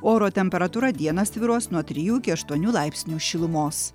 oro temperatūra dieną svyruos nuo trijų iki aštuonių laipsnių šilumos